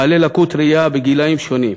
בגילים שונים,